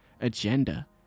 agenda